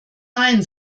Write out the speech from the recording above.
nein